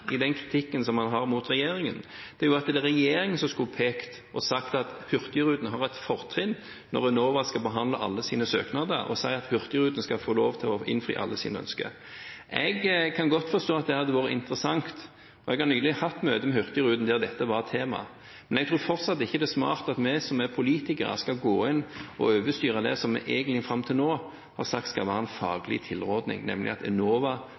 i den kritikken han har mot regjeringen, er at det er regjeringen som skulle pekt på at Hurtigruten har et fortrinn når Enova skal behandle alle sine søknader, og sagt at Hurtigruten skal få innfridd alle sine ønsker. Jeg kan godt forstå at det hadde vært interessant – jeg har nylig hatt møte med Hurtigruten der dette var et tema. Men jeg tror fortsatt ikke det er smart at vi som er politikere, skal gå inn og overstyre det som vi fram til nå egentlig har sagt skal være en faglig tilrådning, nemlig at Enova